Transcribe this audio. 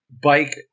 bike